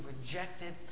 rejected